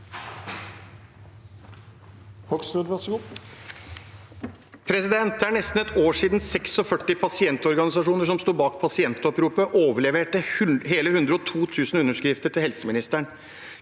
Det er nesten et år siden 46 pasientorganisasjoner som sto bak Pasientoppropet, overleverte hele 102 000 underskrifter til helseministeren.